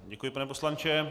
Děkuji, pane poslanče.